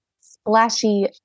splashy